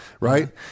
right